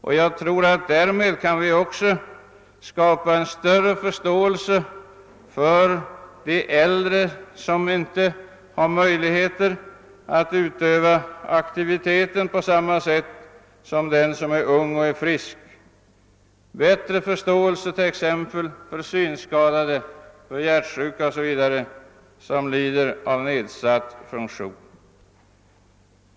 Därmed tror jag att vi också kan skapa större förståelse för äldre människor, som inte kan vara lika aktiva eller aktiva på samma sätt som en ung och frisk människa. Man skulle då t.ex. få bättre förståelse för synskadade, hörselskadade, hjärtsjuka och andra som lider av nedsatta funktioner.